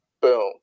boom